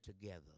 together